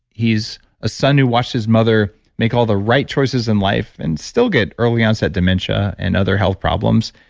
he's a son who watched his mother make all the right choices in life, and still get early onset dementia and other health problems,